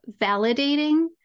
validating